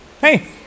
Hey